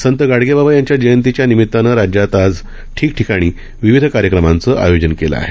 संत गाडगेबाबा यांच्या जयंतीच्या निमीतानं राज्यात आज ठिकठिकाणी विविध कार्यक्रमांचं आयोजन केलं आहे